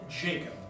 Jacob